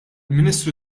ministru